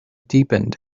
deepened